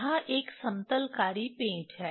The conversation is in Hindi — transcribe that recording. यहां एक समतलकारी पेंच है